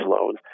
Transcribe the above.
loans